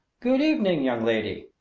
good evening, young lady!